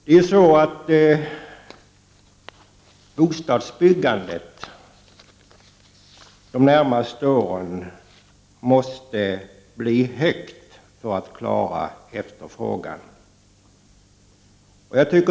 Bostadsbyggandet måste få stor omfattning under de närmaste åren om vi skall klara efterfrågan.